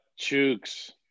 Chooks